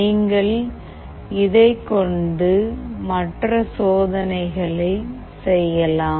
நீங்கள் இதனைக் கொண்டு மற்ற சோதனைகளை செய்யலாம்